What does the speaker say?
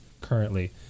currently